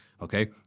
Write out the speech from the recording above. Okay